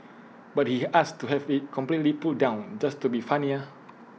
but he asked to have IT completely pulled down just to be funnier